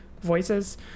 voices